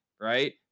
right